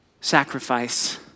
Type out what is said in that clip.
Sacrifice